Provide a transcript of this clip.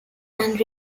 and